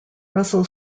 russell